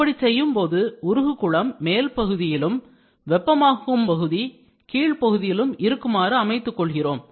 இப்படி செய்யும்போது உருகு குளம் மேல் பகுதியிலும் வெப்பமாக்கும் பகுதி கீழ் பகுதியிலும் இருக்குமாறு அமைத்துக் கொள்கிறோம்